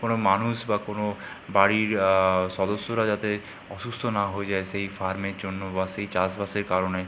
কোনও মানুষ বা কোনও বাড়ির সদস্যরা যাতে অসুস্থ না হয়ে যায় সেই ফার্মের জন্য বা সেই চাষ বাসের কারণে